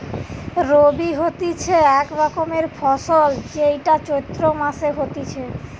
রবি হতিছে এক রকমের ফসল যেইটা চৈত্র মাসে হতিছে